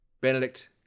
Benedict